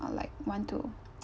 uh like want to